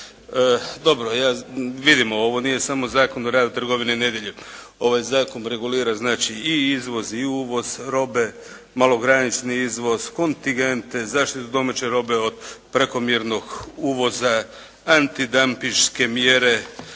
Dobro, vidimo ovo nije samo zakon o radu trgovina nedjeljom, ovaj zakon regulira i izvoz i uvoz robe, malogranični izvoz, kontingente, zaštitu domaće robe od prekomjernog uvoza, antidampinške mjere